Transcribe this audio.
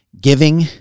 giving